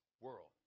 world